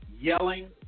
yelling